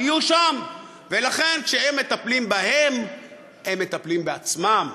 ולכן כשהם מטפלים בהם הם מטפלים בעצמם,